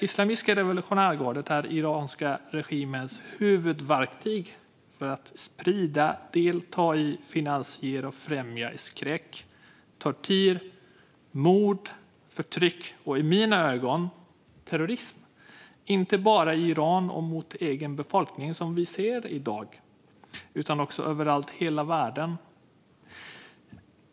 Islamiska revolutionsgardet är den iranska regimens huvudverktyg för att sprida, delta i, finansiera och främja skräck, tortyr, mord, förtryck och, i mina ögon, terrorism, inte bara i Iran och mot den egna befolkningen som vi ser i dag utan överallt i hela världen.